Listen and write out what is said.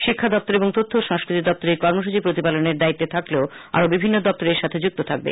শিক্ষা দপ্তর এবং তথ্য ও সংস্কৃতি দপ্তর এই কর্মসূচি প্রতিপালনের দায়িত্বে থাকলেও আরও বিভিন্ন দপ্তর এর সাথে যুক্ত থাকবে